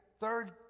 third